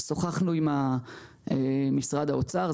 שוחחנו עם משרד האוצר.